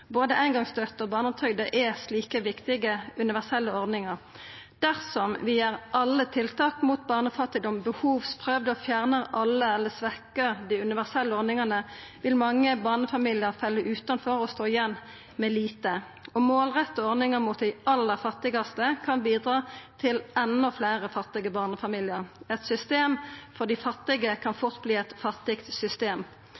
Både eingongsstønaden og barnetrygda er slike viktige universelle ordningar. Dersom vi gjer alle tiltak mot barnefattigdom behovsprøvde, og fjernar eller svekkjer dei universelle ordningane, vil mange barnefamiliar falla utanfor og stå igjen med lite. Å målretta ordninga inn mot dei aller fattigaste kan bidra til enda fleire fattige barnefamiliar. Eit system for dei fattige kan